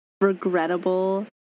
regrettable